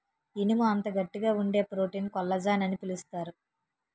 ఇనుము అంత గట్టిగా వుండే ప్రోటీన్ కొల్లజాన్ అని పిలుస్తారు